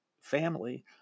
family